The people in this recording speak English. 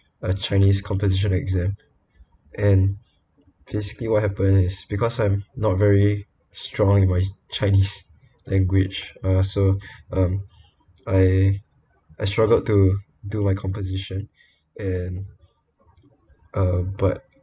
uh chinese composition exam and basically what happened is because I'm not very strong in my chinese language uh so um I I struggled to do my composition and uh but